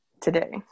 today